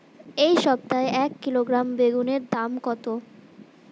এই সপ্তাহে এক কিলোগ্রাম বেগুন এর দাম কত?